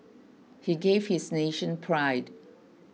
he gave this nation pride